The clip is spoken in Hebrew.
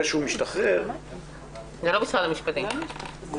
שהוא משתחרר --- זה לא משרד המשפטים.